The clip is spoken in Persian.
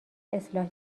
اصلاح